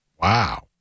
Wow